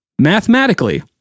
mathematically